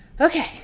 Okay